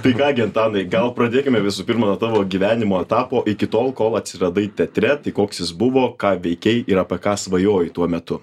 tai ką gi antanai gal pradėkime visų pirma nuo tavo gyvenimo etapo iki tol kol atsiradai teatre tai koks jis buvo ką veikei ir apie ką svajojai tuo metu